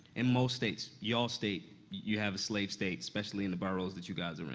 in most states. y'all's state, you have a slave state, especially in the boroughs that you guys are in,